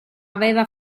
aveva